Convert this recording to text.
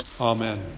Amen